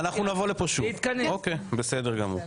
אנחנו נבוא לפה שוב, אוקי בסדר גמור.